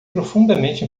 profundamente